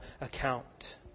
account